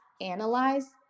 analyze